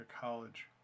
college